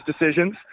decisions